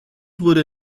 wurde